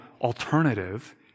alternative